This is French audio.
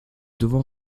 devons